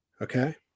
Okay